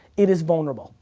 it is vulnerable.